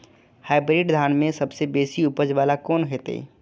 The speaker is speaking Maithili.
हाईब्रीड धान में सबसे बेसी उपज बाला कोन हेते?